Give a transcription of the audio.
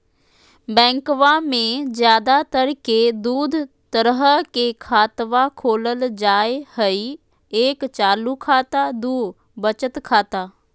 बैंकवा मे ज्यादा तर के दूध तरह के खातवा खोलल जाय हई एक चालू खाता दू वचत खाता